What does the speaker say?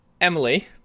Emily